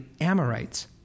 Amorites